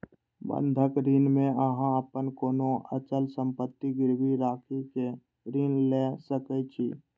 बंधक ऋण मे अहां अपन कोनो अचल संपत्ति गिरवी राखि कें ऋण लए सकै छी